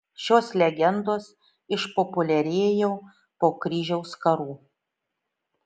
šios legendos išpopuliarėjo po kryžiaus karų